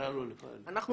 אנחנו,